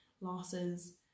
losses